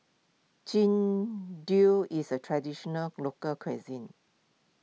Jian is a Traditional Local Cuisine